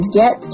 get